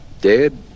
Dead